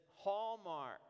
hallmark